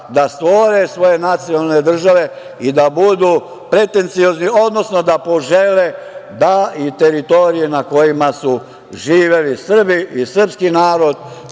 da stvore svoje nacionalne države i da budu pretenciozni, odnosno da požele da i teritorije na kojima su živeli Srbi i srpski narod,